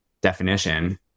definition